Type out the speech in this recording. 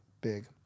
big